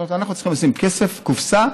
כלומר אנחנו צריכים לשים כסף, קופסה.